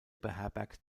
beherbergt